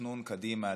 התכנון קדימה,